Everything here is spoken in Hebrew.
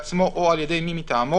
בעצמו או על ידי מי מטעמו,